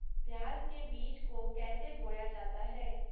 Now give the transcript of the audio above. प्याज के बीज को कैसे बोया जाता है?